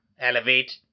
Elevate